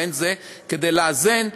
כדי לאזן,